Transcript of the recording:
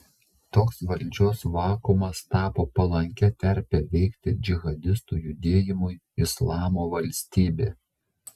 toks valdžios vakuumas tapo palankia terpe veikti džihadistų judėjimui islamo valstybė